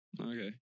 Okay